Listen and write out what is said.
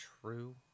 true